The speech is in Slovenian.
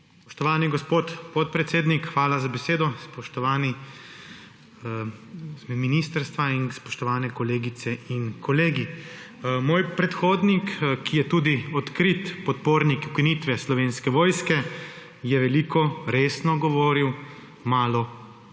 Spoštovani gospod podpredsednik, hvala za besedo. Spoštovani z ministrstva in spoštovane kolegice in kolegi! Moj predhodnik, ki je tudi odkrit podpornik ukinitve Slovenske vojske, je veliko resno govoril, malo pa resno